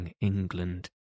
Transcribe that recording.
England